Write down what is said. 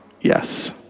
Yes